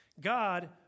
God